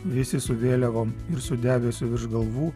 visi su vėliavom ir su debesiu virš galvų